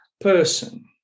person